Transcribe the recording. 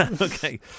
Okay